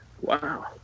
wow